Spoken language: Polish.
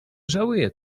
żałuję